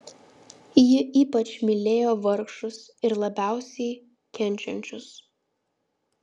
ji ypač mylėjo vargšus ir labiausiai kenčiančius